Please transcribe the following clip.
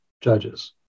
judges